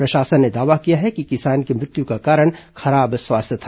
प्रशासन ने दावा किया है कि किसान की मृत्यु का कारण खराब स्वास्थ्य था